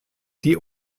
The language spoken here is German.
die